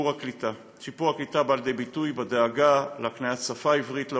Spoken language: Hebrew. שיפור הקליטה בא לידי ביטוי בדאגה להקניית שפה עברית לעולים,